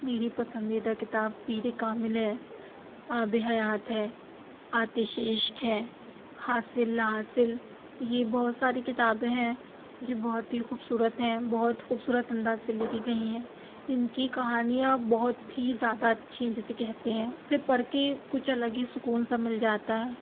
میری پسندیدہ کتاب پیر کامل ہے آب حیات ہے آتش عشق ہے حاصل لاحاصل یہ بہت ساری کتابیں ہیں جو بہت ہی خوبصورت ہیں بہت خوبصورت انداز سے لکھی گئی ہیں ان کی کہانیاں بہت ہی زیادہ اچھی جسے کہتے ہیں اسے پڑھ کے کچھ الگ ہی سکون سا مل جاتا ہے